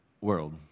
world